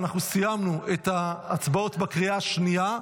סיימנו את ההצבעות בקריאה השנייה,